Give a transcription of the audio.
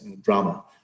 drama